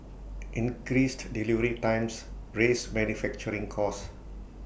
increased delivery times raise manufacturing costs